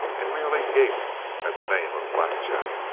and merely gaped at the name of black jack.